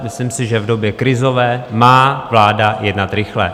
Myslím si, že v době krizové má vláda jednat rychle.